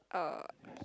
uh